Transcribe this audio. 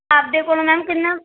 ਆਪਣੇ ਕੋਲੋਂ ਮੈਮ ਕਿੰਨਾ